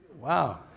Wow